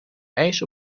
ijs